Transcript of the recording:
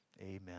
Amen